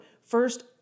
first